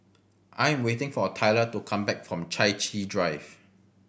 I'm waiting for Tylor to come back from Chai Chee Drive